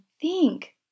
think